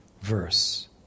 verse